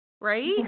right